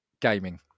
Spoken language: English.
gaming